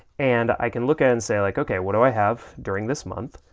and i can look at and say like okay what do i have during this month,